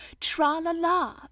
tra-la-la